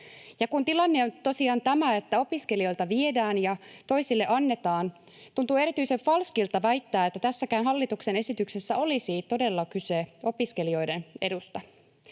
kun tilanne on tosiaan tämä, että opiskelijoilta viedään ja toisille annetaan, tuntuu erityisen falskilta väittää, että tässäkään hallituksen esityksessä olisi todella kyse opiskelijoiden edusta.